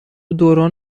دوران